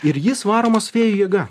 ir jis varomas vėjo jėga